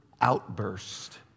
Outburst